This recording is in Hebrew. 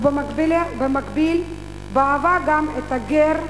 ובמקביל באהבה גם לגר.